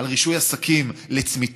על רישוי עסקים לצמיתות,